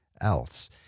else